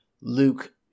Luke